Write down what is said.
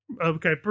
Okay